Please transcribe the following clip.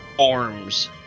arms